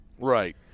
Right